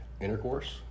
intercourse